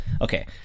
okay